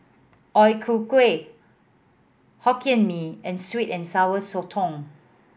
O Ku Kueh Hokkien Mee and sweet and Sour Sotong